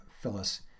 Phyllis